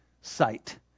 sight